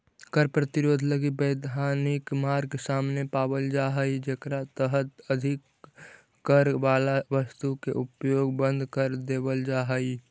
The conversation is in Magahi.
कर प्रतिरोध लगी वैधानिक मार्ग सामने पावल जा हई जेकरा तहत अधिक कर वाला वस्तु के उपयोग बंद कर देवल जा हई